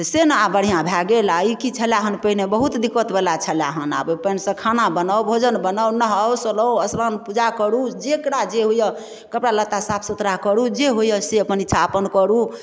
से ने आब बढ़िआँ भए गेल आ ई कि छला हन पहिने बहुत दिक्कत बला छलै हन आब ओहि पानिसँ खाना बनाउ भोजन बनाउ नहाउ सुनाउ स्नान पूजा करू जेकरा जे होइया कपड़ा लत्ता साफ सुथरा करू जे होइया से अपन इक्षा अपन करू